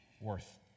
worth